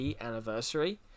Anniversary